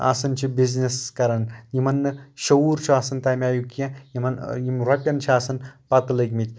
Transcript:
آسان چھِ بِزنِس کران یِمن نہٕ شعوٗر چھُ آسان تَمہِ آیُک کیٚنٛہہ یِمن یِم رۄپین چھِ آسان پَتہٕ لٔگمٕتۍ